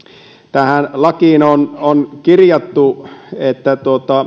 tähän lakiin on on kirjattu että